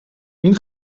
این